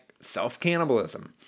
self-cannibalism